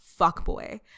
fuckboy